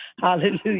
Hallelujah